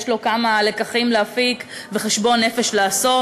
יש לו כמה לקחים להפיק וחשבון נפש לעשות.